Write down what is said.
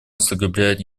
усугубляют